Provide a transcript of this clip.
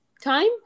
time